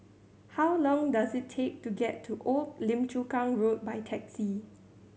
how long does it take to get to Old Lim Chu Kang Road by taxi